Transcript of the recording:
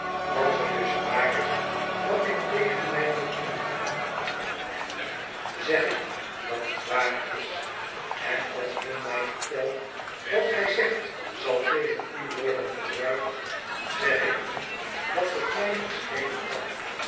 als het dus waar is wat ik tegen mij hoor inbrengen zeg ik dat het waar is en als men mij vertelt wat gij zegt zal tegen u worden gebruikt zeg ik hun dat het mij niet schelen kan